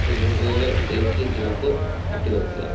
സിലിണ്ടറിലെ safety cap ഇട്ട് വെയ്ക്കുക